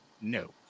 No